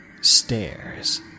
Stairs